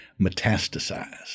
metastasized